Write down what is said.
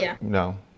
No